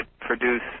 produce